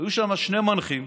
היו שם שני מנחים,